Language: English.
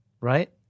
right